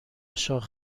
بسته